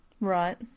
Right